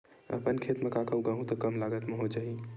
अपन खेत म का का उगांहु त कम लागत म हो जाही?